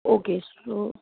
okay so